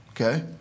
Okay